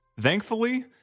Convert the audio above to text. Thankfully